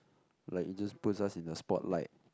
like it just put us in the spotlight